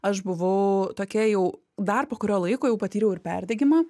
aš buvau tokia jau dar po kurio laiko jau patyriau ir perdegimą